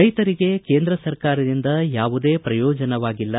ರೈತರಿಗೆ ಕೇಂದ್ರ ಸರ್ಕಾರದಿಂದ ಯಾವುದೇ ಪ್ರಯೋಜನವಾಗಿಲ್ಲ